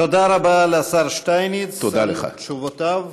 תודה רבה לשר שטייניץ על תשובותיו.